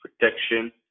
protection